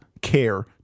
care